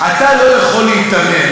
אתה לא יכול להתעלם.